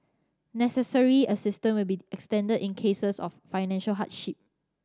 necessary assistant will be extended in cases of financial hardship